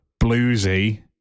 bluesy